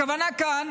הכוונה כאן